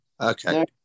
Okay